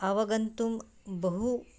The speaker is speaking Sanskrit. अवगन्तुं बहु